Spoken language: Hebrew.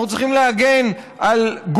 אנחנו צריכים להגן על הרשתות בכלל.